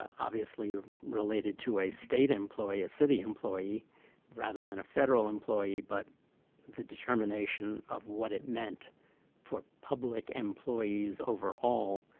obviously related to a state employee, a city employee rather than a federal employee, but the determination of what it meant for public employees overall,